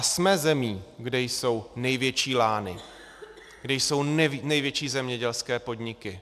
Jsme zemí, kde jsou největší lány, kde jsou největší zemědělské podniky.